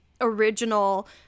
Original